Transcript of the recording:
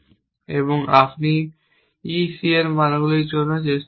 এবং তারপর আপনি e c এর মানগুলির জন্য চেষ্টা করছেন